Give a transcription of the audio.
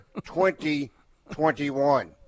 2021